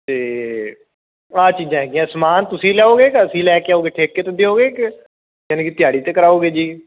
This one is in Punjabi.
ਅਤੇ ਆਹ ਚੀਜ਼ਾਂ ਹੈਗੀਆਂ ਸਮਾਨ ਤੁਸੀਂ ਲਓਗੇ ਕਿ ਅਸੀਂ ਲੈ ਕੇ ਆਓਗੇ ਠੇਕੇ 'ਤੇ ਦਿਓਗੇ ਕਿ ਯਾਨੀ ਕਿ ਦਿਹਾੜੀ 'ਤੇ ਕਰਾਓਗੇ ਜੀ